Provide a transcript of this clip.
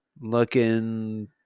looking